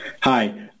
Hi